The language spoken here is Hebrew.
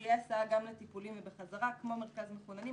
שתהיה הסעה גם לטיפולים ובחזרה כמו למרכז מחוננים,